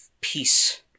peace